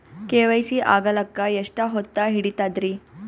KYC ಆಗಲಕ್ಕ ಎಷ್ಟ ಹೊತ್ತ ಹಿಡತದ್ರಿ?